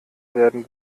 werden